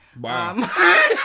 Wow